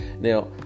Now